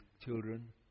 children